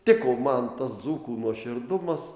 tiko man tas dzūkų nuoširdumas